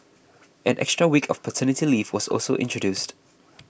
an extra week of paternity leave was also introduced